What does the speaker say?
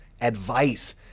advice